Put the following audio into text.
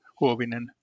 Huovinen